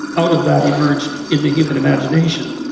out of that emerged in the human imagination,